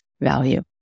value